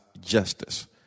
justice